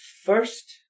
first